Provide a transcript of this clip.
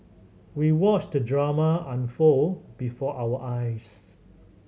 we watched the drama unfold before our eyes